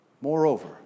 Moreover